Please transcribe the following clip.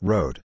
Road